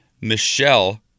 Michelle